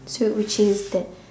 so which is that